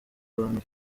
abantu